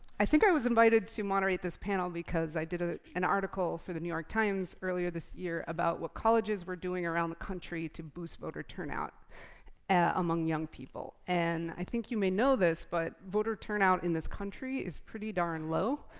i think i was invited to moderate this panel because i did an article for the new york times earlier this year about what colleges were doing around the country to boost voter turnout among young people. and i think you may know this, but voter turnout in this country is pretty darn low.